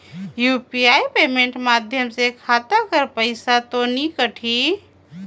UPI payment माध्यम से खाता कर पइसा तो नी कटही?